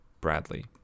Bradley